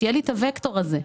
שיהיה לי את הווקטור הזה.